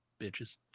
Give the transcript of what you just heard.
bitches